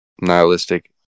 nihilistic